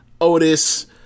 Otis